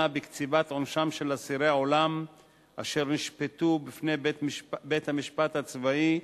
בקציבת עונשם של אסירי עולם אשר נשפטו בפני בית-המשפט הצבאי,